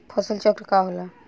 फसल चक्र का होला?